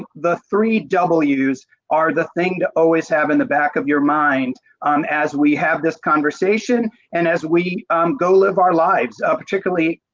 the three w's are the thing to always have in the back of your mind as we have this conversation and as we go live our lives. particularly,